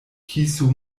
kiso